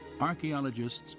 Archaeologists